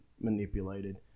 manipulated